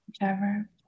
whichever